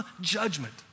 judgment